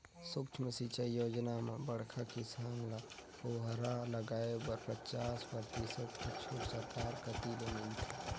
सुक्ष्म सिंचई योजना म बड़खा किसान ल फुहरा लगाए बर पचास परतिसत के छूट सरकार कति ले मिलथे